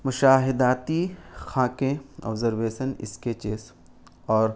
مشاہداتی خاکیں observation sketches اور